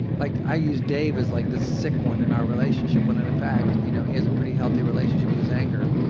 like i used dave as like this sick one in our relationship and in fact, you know, he has a pretty healthy relationship with his anger.